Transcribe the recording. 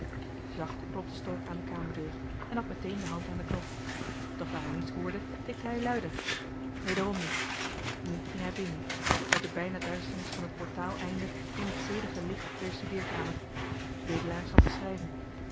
stork aan de kamerdeur en had meteen johan de meester de zonde in het deftige dorp de hand aan den knop doch daar hij niets hoorde tikte hij luider wederom niets nu ging hij binnen uit de bijna duisternis van het portaaleinde in het zedige licht der studeerkamer wedelaar zat te schrijven